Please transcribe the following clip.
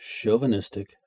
chauvinistic